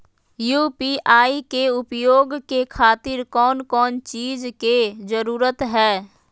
UPI के उपयोग के खातिर कौन कौन चीज के जरूरत है?